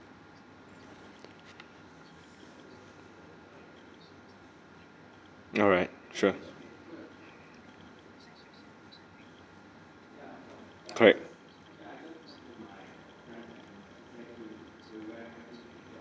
alright sure correct